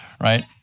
right